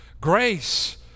Grace